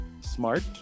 smart